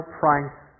price